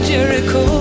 Jericho